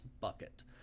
bucket